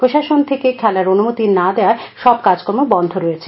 প্রশাসন থেকে থেলার অনুমতি না দেয়ায় সব কাজকর্ম বন্ধ রয়েছে